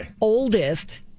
oldest